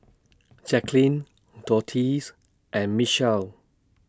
Jacklyn Dorthea's and Michel